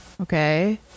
Okay